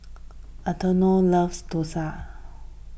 Antonio loves Dosa